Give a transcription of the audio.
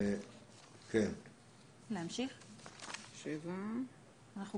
יש לי